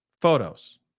Photos